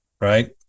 right